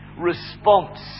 response